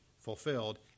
fulfilled